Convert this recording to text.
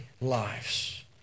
lives